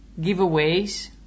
giveaways